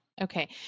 Okay